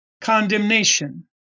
condemnation